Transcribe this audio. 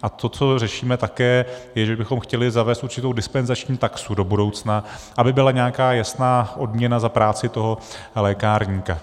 A to, co řešíme také, je, že bychom chtěli zavést určitou dispenzační taxu do budoucna, aby byla nějaká jasná odměna za práci toho lékárníka.